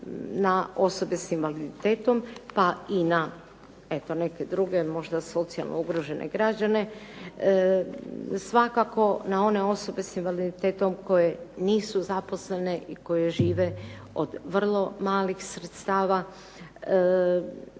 na osobe s invaliditetom pa i na neke druge, možda socijalno ugrožene građane, svakako na one osobe s invaliditetom koje nisu zaposlene i koje žive od vrlo malih sredstava,